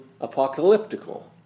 apocalyptical